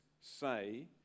say